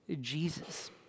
Jesus